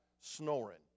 snoring